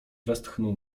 westchnął